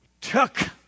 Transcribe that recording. took